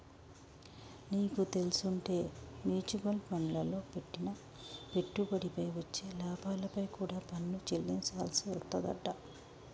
నీకు తెల్సుంటే మ్యూచవల్ ఫండ్లల్లో పెట్టిన పెట్టుబడిపై వచ్చే లాభాలపై కూడా పన్ను చెల్లించాల్సి వత్తదంట